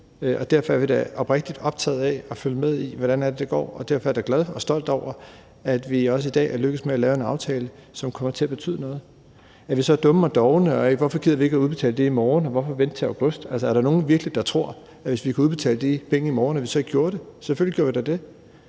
Derfor er vi da oprigtigt optaget af at følge med i, hvordan det går. Derfor er jeg da glad for og stolt af, at vi også i dag er lykkedes med at lave en aftale, som kommer til at betyde noget. Er vi så dumme og dovne? Og hvorfor gider vi ikke udbetale pengene i morgen? Hvorfor vente til august? Er der virkelig nogen, der tror, at vi, hvis vi kunne udbetale de penge i morgen, ikke gjorde det? Selvfølgelig gjorde vi da det.